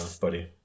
Buddy